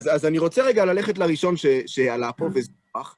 אז אני רוצה רגע ללכת לראשון שעלה פה, וזה.. אח.